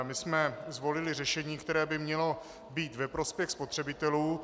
My jsme zvolili řešení, které by mělo být ve prospěch spotřebitelů.